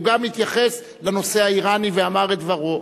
הוא גם התייחס לנושא האירני ואמר את דברו,